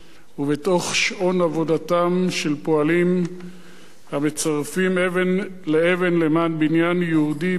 שאון עבודתם של פועלים המצרפים אבן לאבן למען בניין יהודי בארץ-ישראל.